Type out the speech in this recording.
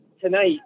tonight